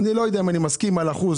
אני לא יודע אם אני מסכים על אחוז,